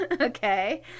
Okay